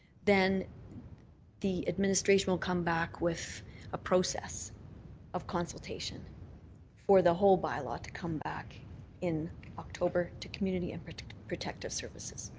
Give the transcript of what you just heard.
then the administration will come back with a process of consultation for the whole bylaw to come back in october to community and protective protective services.